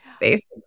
basics